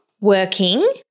working